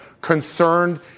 concerned